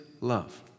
love